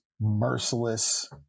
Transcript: merciless